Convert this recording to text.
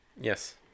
Yes